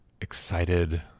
excited